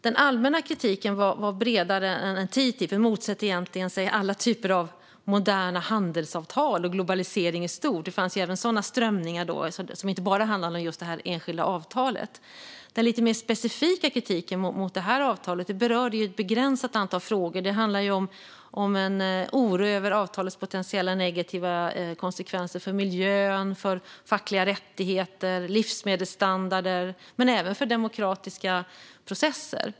Den allmänna kritiken gällde inte bara TTIP utan var bredare och innebar att man egentligen motsatte sig alla typer av moderna handelsavtal och globalisering i stort; det fanns även sådana strömningar då, som inte bara handlade om det enskilda avtalet. Den lite mer specifika kritiken mot just det avtalet berörde ett begränsat antal frågor. Det handlade om en oro över avtalets potentiella negativa konsekvenser för miljön, fackliga rättigheter och livsmedelsstandarder, men även för demokratiska processer.